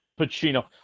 Pacino